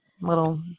Little